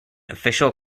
official